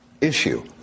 issue